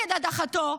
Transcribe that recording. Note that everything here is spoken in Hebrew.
הדחתו,